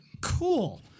Cool